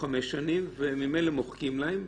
וממילא מוחקים להם.